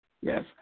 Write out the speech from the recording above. Yes